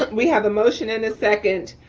but we have a motion and a second.